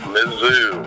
Mizzou